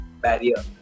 barrier